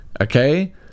Okay